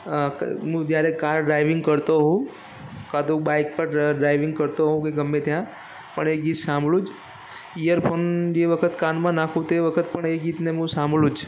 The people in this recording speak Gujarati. અં મું જ્યારે કાર ડ્રાઇવિંગ કરતો હોઉં કાં તો બાઇક પર ડ્રાઇવિંગ કરતો હોઉં કે ગમે ત્યાં પણ એ ગીત સાંભળું જ ઇયરફોન જે વખત કાનમાં નાખું તે વખત પણ એ ગીતને મું સાંભળું જ